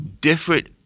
different